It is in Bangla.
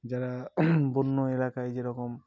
যারা বন্য এলাকায় যেরকম